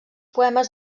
poemes